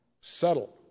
settle